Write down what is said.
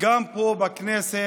גם פה בכנסת